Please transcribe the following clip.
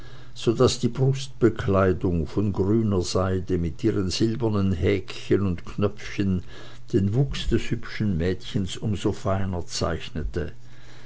daß die brustbekleidung von grüner seide mit ihren silbernen häkchen und knöpfchen den wuchs des hübschen mädchens um so feiner zeichnete